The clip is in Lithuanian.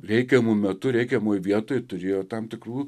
reikiamu metu reikiamoje vietoj turėjo tam tikrų